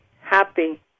happy